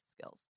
skills